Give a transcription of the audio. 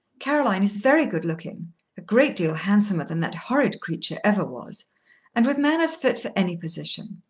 caroline is very good-looking a great deal handsomer than that horrid creature ever was and with manners fit for any position.